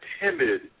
timid